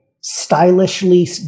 stylishly